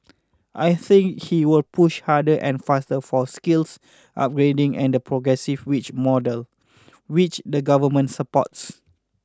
I think he will push harder and faster for skills upgrading and the progressive wage model which the government supports